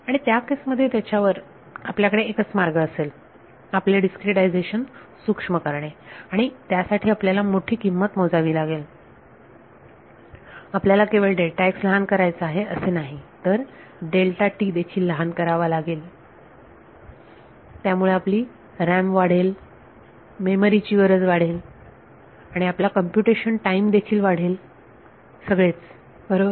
आणि त्या केस मध्ये त्याच्यावर आपल्याकडे एकच मार्ग असेल आपले डिस्क्रीटायझेशन सूक्ष्म करणे आणि त्यासाठी आपल्याला मोठी किंमत मोजावी लागेल आपल्याला केवळ लहान करायचा आहे असे नाही तर देखील लहान करावा लागेल त्यामुळे आपली RAM वाढेल मेमरी ची गरज वाढेल आणि आपला कम्प्युटेशन टाईम देखील वाढेल सगळेच बरोबर